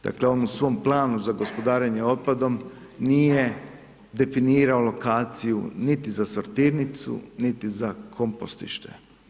Dakle on u svom planu za gospodarenje otpadom nije definirao lokaciju niti za sortirnicu, niti za kompostište.